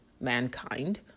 mankind